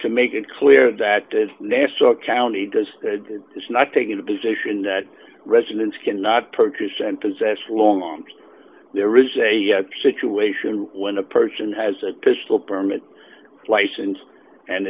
to make it clear that nassau county does is not taking the position that residents cannot purchase and possess long arms there is a situation when a person has a pistol permit license and